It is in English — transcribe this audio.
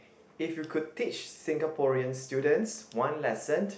if you could teach Singaporeans students one lesson